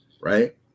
right